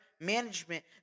management